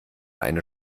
eine